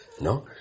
No